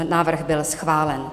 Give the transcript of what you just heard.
Návrh byl schválen.